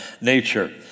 nature